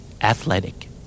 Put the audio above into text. Athletic